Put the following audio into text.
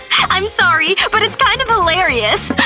i'm sorry but it's kind of hilarious.